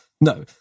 No